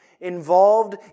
involved